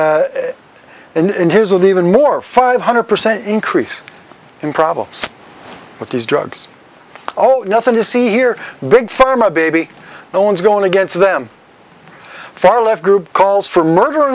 combined and in his will be even more five hundred percent increase in problems with these drugs oh nothing to see here big pharma baby no one's going against them far left group calls for murder